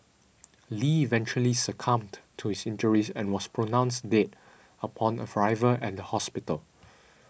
Lee eventually succumbed to his injuries and was pronounced dead upon arrival at the hospital